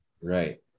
Right